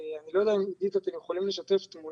אני לא יודע עידית אם אתם יכולים לשתף תמונה.